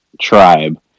tribe